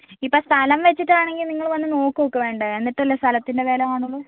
ഇപ്പോൾ സ്ഥലം വെച്ചിട്ടാണെങ്കിൽ നിങ്ങൾ വന്ന് നോക്കുവൊക്കെ വേണ്ടേ എന്നിട്ടല്ലേ സ്ഥലത്തിൻ്റെ വില കാണുള്ളൂ